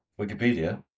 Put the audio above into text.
Wikipedia